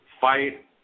fight